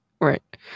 Right